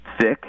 sick